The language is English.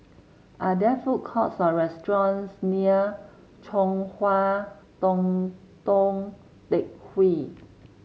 are there food courts or restaurants near Chong Hua Tong Tou Teck Hwee